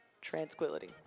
Tranquility